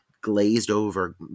glazed-over